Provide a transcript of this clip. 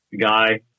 guy